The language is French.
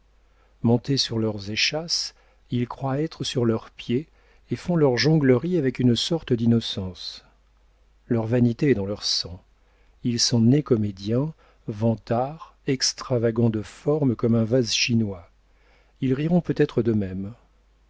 eux-mêmes montés sur leurs échasses ils croient être sur leurs pieds et font leurs jongleries avec une sorte d'innocence leur vanité est dans leur sang ils sont nés comédiens vantards extravagants de forme comme un vase chinois ils riront peut-être d'eux-mêmes